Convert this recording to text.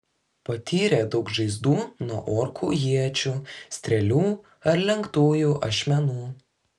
patyrė daug žaizdų nuo orkų iečių strėlių ar lenktųjų ašmenų